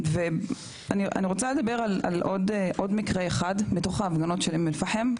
ואני רוצה לדבר על עוד מקרה אחד מתוך ההפגנות של אום אל פחם,